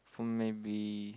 for maybe